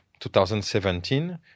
2017